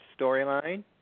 storyline